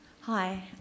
Hi